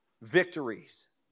victories